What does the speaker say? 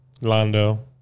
Lando